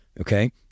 Okay